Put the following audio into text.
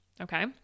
Okay